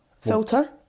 Filter